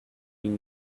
been